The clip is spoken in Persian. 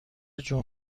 جون